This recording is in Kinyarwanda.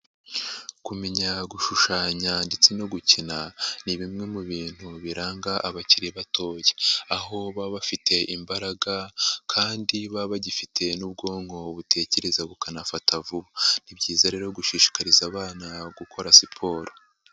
Kumenya gushushanya ndetse no gukina ni bimwe mu bintu biranga abakiri batoya, aho baba bafite imbaraga kandi baba bagifite n'ubwonko butekereza bukanafata vuba, ni byiza rero gushishikariza abana gukora siporo.